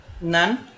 None